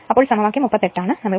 ഇത് സമവാക്യം 38 ആണ്